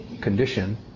condition